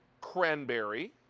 cranberry,